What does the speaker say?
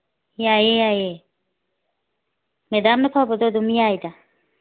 ꯌꯥꯏꯌꯦ ꯌꯥꯏꯌꯦ ꯃꯦꯗꯥꯝꯅ ꯐꯕꯗꯣ ꯑꯗꯨꯝ ꯌꯥꯏꯌꯦ